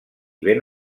ben